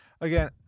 again